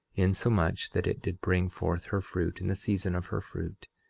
insomuch that it did bring forth her fruit in the season of her fruit.